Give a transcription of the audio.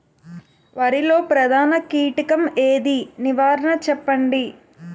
వరిలో ప్రధాన కీటకం ఏది? నివారణ చెప్పండి?